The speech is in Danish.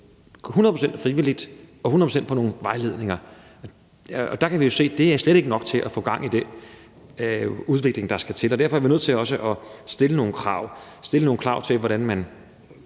procent ud fra nogle vejledninger, og der kan vi jo se, at det slet ikke er nok til at få gang i den udvikling, der skal til. Derfor er vi nødt til også at stille nogle krav til, hvordan man